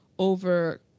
over